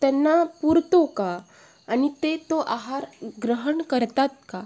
त्यांना पुरतो का आणि ते तो आहार ग्रहण करतात का